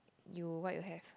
you what you have